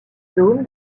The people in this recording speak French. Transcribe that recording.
dome